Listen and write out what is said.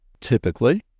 typically